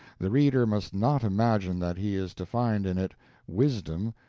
the reader must not imagine that he is to find in it wisdom,